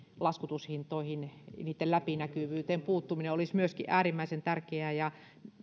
laskutushintoihin niitten läpinäkyvyyteen puuttuminen olisi äärimmäisen tärkeää ja